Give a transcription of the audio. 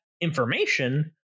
information